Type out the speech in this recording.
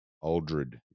Aldred